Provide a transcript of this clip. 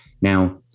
Now